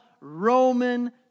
Roman